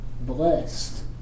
blessed